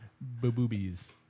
boobies